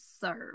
serve